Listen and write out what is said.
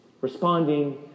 responding